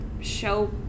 show